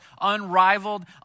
unrivaled